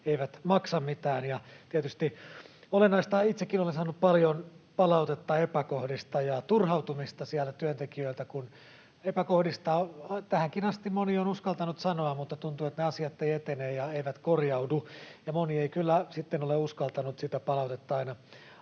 mistä itsekin olen saanut paljon palautetta epäkohdista ja turhautumisesta työntekijöiltä, että epäkohdista tähänkin asti moni on uskaltanut sanoa, mutta tuntuu, että ne asiat eivät etene ja eivät korjaudu, ja moni ei kyllä sitten ole uskaltanut sitä palautetta aina